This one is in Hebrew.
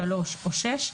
(3) או (6)